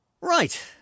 Right